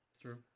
True